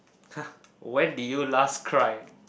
!huh! when did you last cry